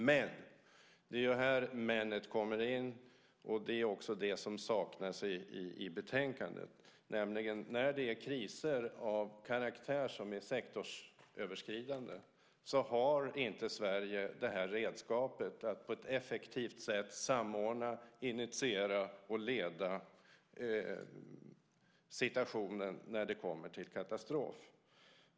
Men - här kommer detta men in och det som också saknas i betänkandet - när det är kriser av en karaktär som är sektorsöverskridande har Sverige inte detta redskap att på ett effektivt samordna, initiera och leda i en katastrofsituation.